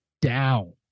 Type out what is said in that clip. down